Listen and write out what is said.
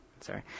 Sorry